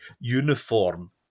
uniform